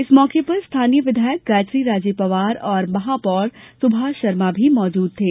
इस मौके पर स्थानीय विधायक गायत्रीराजे पवार और महापौर सुभाष शर्मा भी मौजूद थे